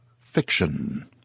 Fiction